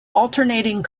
alternating